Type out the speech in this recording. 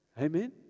Amen